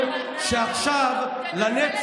קריאה שלישית.